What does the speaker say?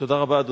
תשאל את